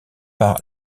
par